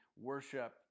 worship